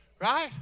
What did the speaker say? Right